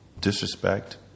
disrespect